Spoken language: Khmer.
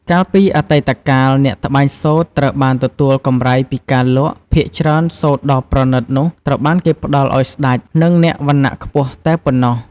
កាលពីអតីតកាល អ្នកត្បាញសូត្រត្រូវបានទទួលកម្រៃពីការលក់ ភាគច្រើនសូត្រដ៏ប្រណិតនោះត្រូវបានគេផ្ដល់ឲ្យស្តេច និងអ្នកវណ្ណៈខ្ពស់ប៉ុណ្ណោះ។